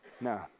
no